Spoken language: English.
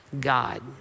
God